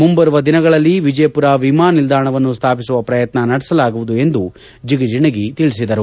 ಮುಂಬರುವ ದಿನಗಳಲ್ಲಿ ವಿಜಯಮರ ವಿಮಾನ ನಿಲ್ದಾಣವನ್ನು ಸ್ಥಾಪಿಸುವ ಪ್ರಯತ್ನ ನಡೆಸಲಾಗುವುದು ಎಂದು ಜಿಗಜಿಣಗಿ ತಿಳಿಸಿದರು